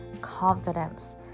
confidence